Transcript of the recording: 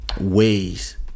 ways